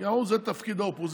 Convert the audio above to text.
הם אמרו שזה תפקיד האופוזיציה,